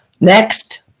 Next